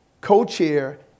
co-chair